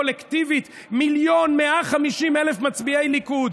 קולקטיבית מיליון ו-150,000 מצביעי ליכוד.